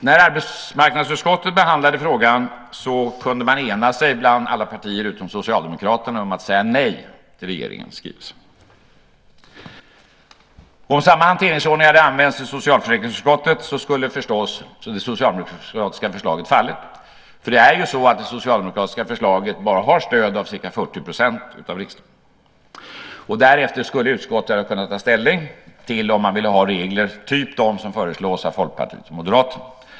När arbetsmarknadsutskottet behandlade frågan kunde alla partier utom Socialdemokraterna ena sig om att säga nej till regeringens skrivelse. Om samma hanteringsordning hade använts i socialförsäkringsutskottet skulle förstås det socialdemokratiska förslaget fallit. Det socialdemokratiska förslaget har stöd av bara ca 40 % av riksdagen. Därefter skulle utskottet ha kunnat ta ställning till om man vill ha regler typ dem som föreslås av Folkpartiet och Moderaterna.